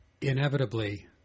inevitably